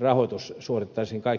rahoitus suoritettaisiin perusrahoituksella